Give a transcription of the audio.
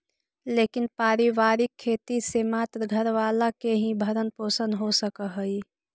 लेकिन पारिवारिक खेती से मात्र घर वाला के ही भरण पोषण हो सकऽ हई